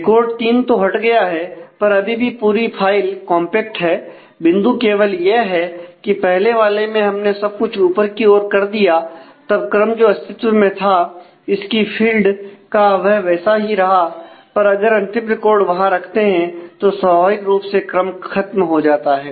record तीन तो हट गया है पर अभी भी पूरी फाइल कंपैक्ट का वह वैसा ही रहा पर अगर अंतिम रिकॉर्ड वहां रखते हैं तो स्वाभाविक रूप से क्रम खत्म हो जाता है